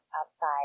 outside